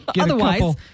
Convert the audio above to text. Otherwise